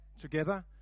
together